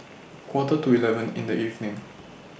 Quarter to eleven in The evening